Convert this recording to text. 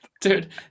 Dude